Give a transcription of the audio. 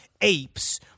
apes